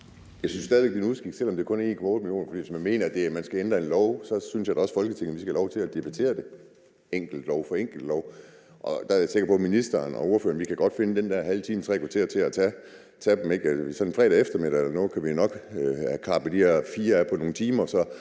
Jeg synes stadig væk, det er en uskik, selv om det kun 1,8 årsværk. For hvis man mener, at en lov skal ændres, synes jeg da, at Folketinget skal have lov til at debattere det enkelte lovforslag for sig. Der er jeg sikker på, at vi, ministeren og ordførerne, godt kan finde den der halve time eller tre kvarter til at tage dem, ikke? Sådan en fredag eftermiddag eller noget kan vi nok få klappet de her fire forslag af på nogle timer,